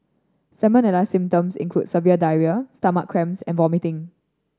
salmonella symptoms include severe diarrhoea stomach cramps and vomiting